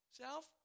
self